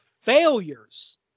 failures